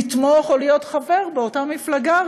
לתמוך או להיות חבר באותה מפלגה,